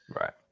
Right